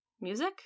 Music